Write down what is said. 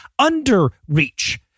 underreach